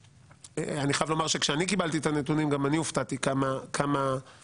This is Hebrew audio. אני חייב לומר שכשאני קיבלתי את הנתונים גם אני הופתעתי כמה העומס.